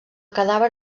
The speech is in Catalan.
cadàver